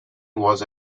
was